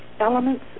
elements